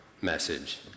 message